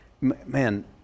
man